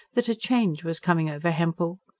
that a change was coming over hempel.